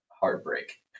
heartbreak